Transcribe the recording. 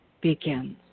begins